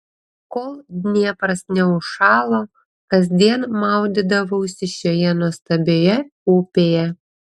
kol dniepras neužšalo kasdien maudydavausi šioje nuostabioje upėje